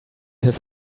his